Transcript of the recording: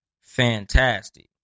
fantastic